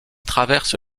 traverse